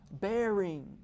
bearing